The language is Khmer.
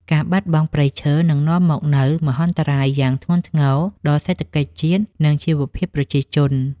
ការបាត់បង់ព្រៃឈើនឹងនាំមកនូវមហន្តរាយយ៉ាងធ្ងន់ធ្ងរដល់សេដ្ឋកិច្ចជាតិ និងជីវភាពប្រជាជន។